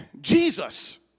Jesus